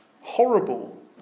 horrible